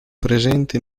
presenti